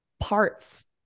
parts